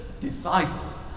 disciples